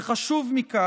וחשוב מכך,